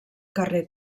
carrer